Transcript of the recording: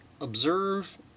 observe